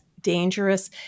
dangerous